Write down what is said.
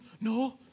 no